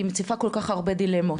היא מציפה כל כך הרבה דילמות,